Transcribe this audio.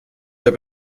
habe